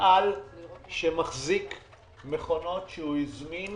במפעל שמחזיק מכונות שהוא הזמין